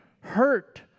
hurt